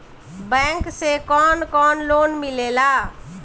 Bank से कौन कौन लोन मिलेला?